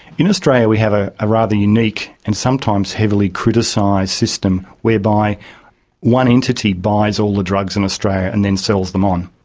in australia we have a ah rather unique and sometimes heavily criticised system whereby one entity buys all the drugs in australia and then sells them on.